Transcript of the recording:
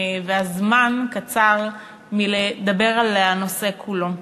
והזמן קצר מלדבר על הנושא כולו.